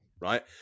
Right